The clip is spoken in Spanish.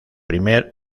primer